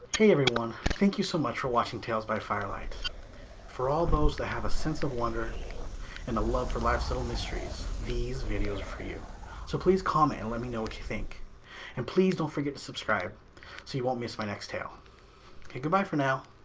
hey everyone, thank you so much for watching tales by firelight for all those that have a sense of wonder and a love for life's little mysteries these videos are for you so please comment and let me know what you think and please don't forget to subscribe so you won't miss my next tale okay, good. bye for now